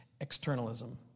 externalism